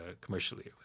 commercially